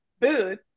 booth